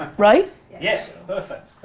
right? yes, perfect,